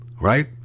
right